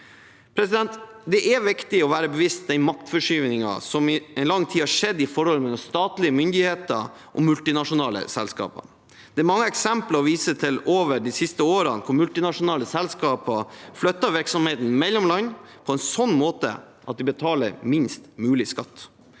ivaretas. Det er viktig å være bevisst den maktforskyvningen som i lang tid har skjedd i forholdet mellom statlige myndigheter og multinasjonale selskaper. Det er mange eksempler å vise til over de siste årene hvor multinasjonale selskaper flytter virksomheten mellom land på en sånn måte at de betaler minst mulig skatt.